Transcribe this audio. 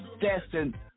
destined